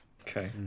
Okay